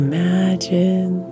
Imagine